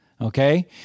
Okay